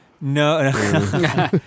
No